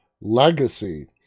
Legacy